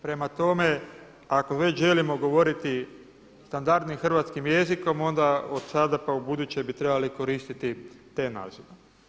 Prema tome, ako već želimo govoriti standardnim hrvatskim jezikom onda od sada pa ubuduće bi trebali koristiti te nazive.